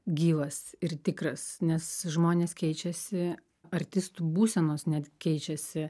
gyvas ir tikras nes žmonės keičiasi artistų būsenos net keičiasi